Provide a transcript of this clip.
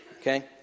Okay